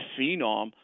phenom